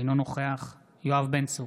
אינו נוכח יואב בן צור,